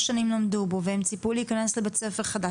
שנים למדו בו והם ציפו להיכנס למקום חדש,